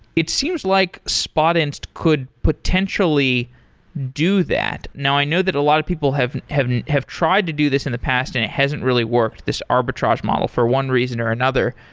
it seems like spotinst could potentially do that. now, i know that a lot of people have have tried to do this in the past and it hasn't really worked, this arbitrage model, for one reason or another,